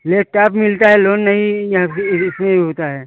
laptop मिलता है loan नहीं यहाँ कोई रिस्क होता है